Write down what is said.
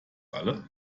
alle